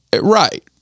Right